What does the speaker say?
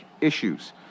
issues